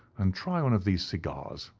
and try one of these cigars,